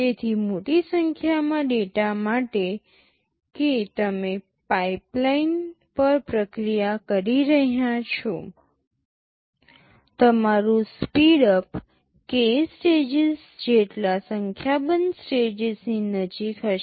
તેથી મોટી સંખ્યામાં ડેટા માટે કે તમે પાઇપલાઇન પર પ્રક્રિયા કરી રહ્યાં છો તમારું સ્પીડઅપ k સ્ટેજીસ જેટલા સંખ્યાબંધ સ્ટેજીસની નજીક હશે